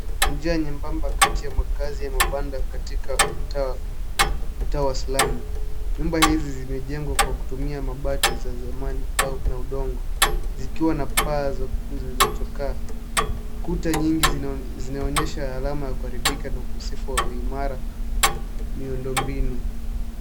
Njia nyembamba kati ya makazi ya mabanda katika mtaa mtaa wa slamu. Nyumba hizi zimejengwa kwa kutumia mabati za zamani au na udongo. Zikiwa na paa za zilizochokaa. Kuta nyingi zi zinaonyesha alama ya kuharibika na ukosefu wa uimara miundombinu.